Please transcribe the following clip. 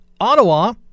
Ottawa